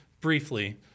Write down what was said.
briefly